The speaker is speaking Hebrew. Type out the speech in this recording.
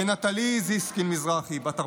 ונטלי זיסקין-מזרחי, בת 45,